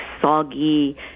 soggy